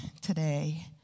today